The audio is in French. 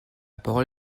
parole